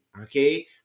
Okay